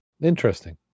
interesting